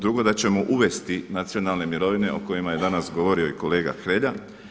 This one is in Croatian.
Drugo, da ćemo uvesti nacionalne mirovine o kojima je danas govorio i kolega Hrelja.